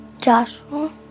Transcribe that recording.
Joshua